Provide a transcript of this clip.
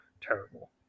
Terrible